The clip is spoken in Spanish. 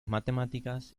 matemáticas